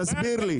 תסביר לי.